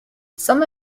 some